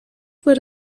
wurde